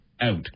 out